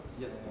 Yes